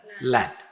land